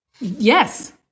Yes